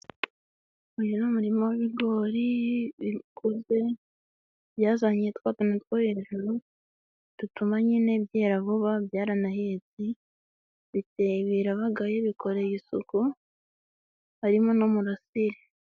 Uyu ni umumo w'ibigori bikuze byazanye twa tuntu two hejuru dutuma nyine byera vuba byaranahetse ndetse birabagaye bikoreye isuku harimo n'umurasire.